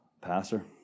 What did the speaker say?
Pastor